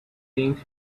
things